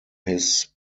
his